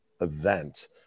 event